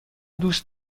دوست